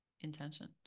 intention